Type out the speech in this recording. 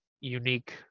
unique